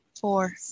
four